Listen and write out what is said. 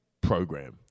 program